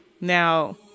Now